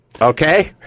Okay